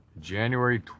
january